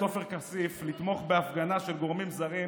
עופר כסיף לתמוך בהפגנה של גורמים זרים